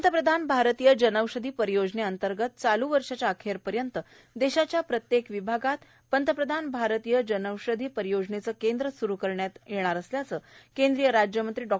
पंतप्रधान भारतीय जनौषधी परियोजने अंतर्गत चालू वर्षाच्या अखेर पर्यंत देशाच्या प्रत्येक विभागात पंतप्रधान भारतीय जनौषधी परियोजनेचे केंद्र स्रू करण्यात येणार असल्याच केंद्रीय राज्य मंत्री डॉ